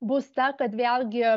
bus ta kad vėlgi